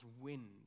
wind